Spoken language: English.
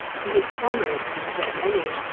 for his comrades were so many,